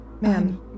Man